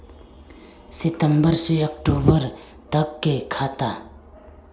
सितम्बर से अक्टूबर तक के खाता?